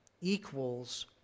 equals